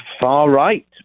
far-right